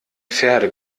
pferde